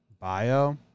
bio